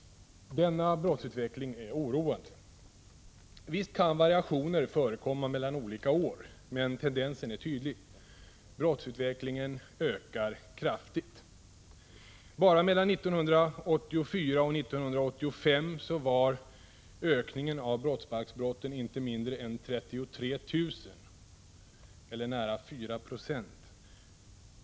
Denna brottsutveckling är oroande. Visst kan variationer förekomma mellan olika år, men tendensen är tydlig. Brottsligheten ökar kraftigt. Bara mellan 1984 och 1985 var ökningen av brottsbalksbrotten inte mindre än 33 000 eller nära 4 96.